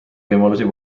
võimalusi